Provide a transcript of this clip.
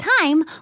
time